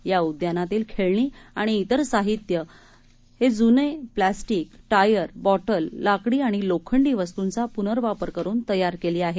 या उद्यानातील खेळणी आणि इतर साहित्य हे जूने प्लास्टिक टायर बॉटल लाकडी आणि लोखंडी वस्तूंचा पुनर्वापर करून तयार केली आहेत